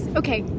okay